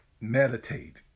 meditate